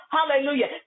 Hallelujah